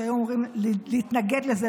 שהיו אמורים להתנגד לזה,